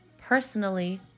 personally